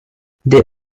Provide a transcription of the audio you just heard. they